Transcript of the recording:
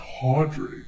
tawdry